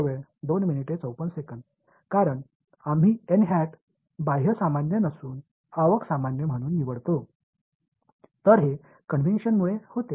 மாணவர் குறிப்பு நேரம் 0254 ஏனென்றால் நாம் தேர்ந்தெடுக்கும் உள் இயல்பானது வெளிப்புற இயல்பானது அல்ல எனவே இது கன்வென்ஸன் காரணமாக இருந்தது